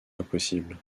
impossible